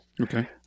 okay